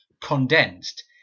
condensed